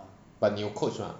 but 你有 coach mah